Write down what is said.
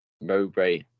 Mowbray